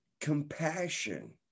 compassion